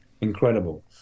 incredible